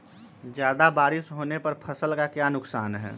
ज्यादा बारिस होने पर फसल का क्या नुकसान है?